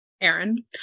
Aaron